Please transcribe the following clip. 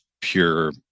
pure